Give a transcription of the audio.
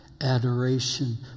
adoration